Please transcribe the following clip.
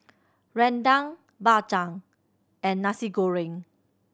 Rendang Bak Chang and Nasi Goreng